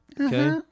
Okay